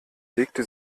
legte